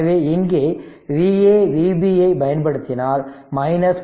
எனவே இங்கே Va Vb ஐ பயன்படுத்தினால் 30